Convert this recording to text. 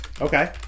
Okay